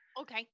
Okay